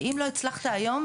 ואם לא הצלחת היום,